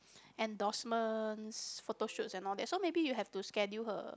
endorsements photoshoots and all that so maybe you have to schedule her